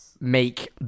make